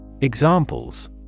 Examples